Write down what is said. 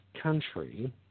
country